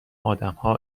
آدمها